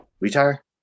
retire